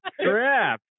crap